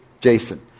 Jason